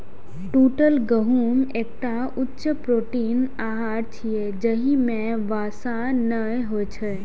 टूटल गहूम एकटा उच्च प्रोटीन आहार छियै, जाहि मे वसा नै होइ छै